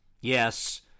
Yes